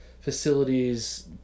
facilities